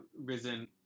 risen